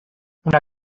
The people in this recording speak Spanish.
una